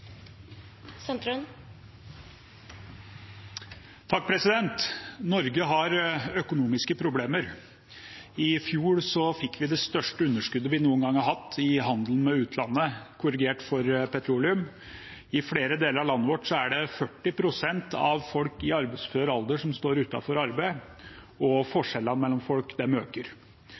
Norge har økonomiske problemer. I fjor fikk vi det største underskuddet vi noen gang har hatt i handelen med utlandet, korrigert for petroleum. I flere deler av landet vårt står 40 pst. av folk i arbeidsfør alder utenfor arbeid, og forskjellene mellom folk øker.